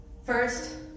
First